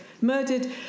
murdered